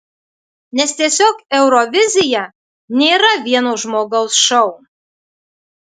nes tiesiog eurovizija nėra vieno žmogaus šou